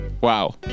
wow